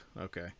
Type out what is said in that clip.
Okay